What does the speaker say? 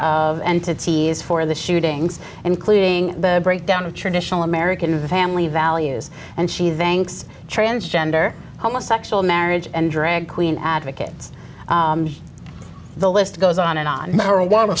of entities for the shootings including the breakdown of traditional american family values and she thinks transgender homosexual marriage and drag queen advocates the list goes on and on marijuana